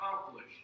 accomplish